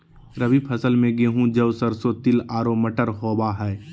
रबी फसल में गेहूं, जौ, सरसों, तिल आरो मटर होबा हइ